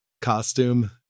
costume